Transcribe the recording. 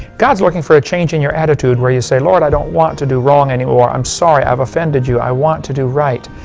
god's looking for a change in your attitude where you say, lord, i don't want to do wrong anymore. i'm sorry i've offended you. i want to do right.